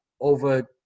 over